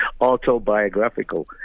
autobiographical